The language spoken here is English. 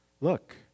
look